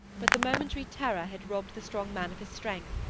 but the momentary terror had robbed the strong man of his strength,